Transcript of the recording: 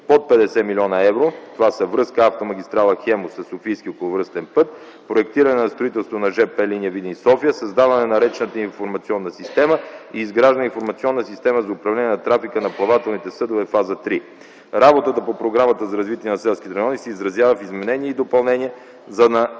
под 50 млн. евро. Това са: връзката автомагистрала „Хемус” със софийския околовръстен път, проектиране на строителство на жп линия Видин-София; създаване на речната информационна система и изграждане информационна система за управление на трафика на плавателните съдове – Фаза 3. Работата по Програмата за развитие на селските райони се изразява в изменение и допълнение за